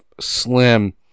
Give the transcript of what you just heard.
slim